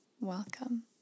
welcome